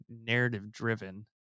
narrative-driven